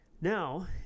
now